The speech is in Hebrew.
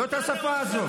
לא את השפה הזאת.